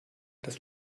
das